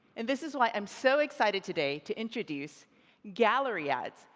and this is why i'm so excited today to introduce gallery ads,